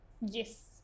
yes